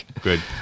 good